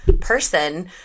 person